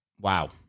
Wow